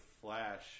Flash